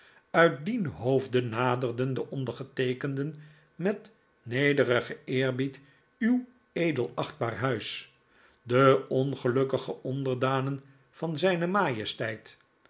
uit dien hoofde naderen de ondergeteekenden met nederigen eerbied uw edelachtbaar huis de ongelukkige onderdanen van zijne majesteit